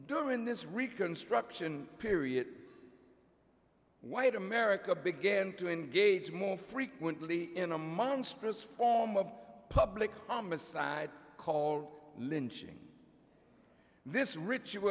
during this reconstruction period white america began to engage more frequently in a monstrous form of public homicide called lynching this ri